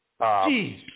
Jeez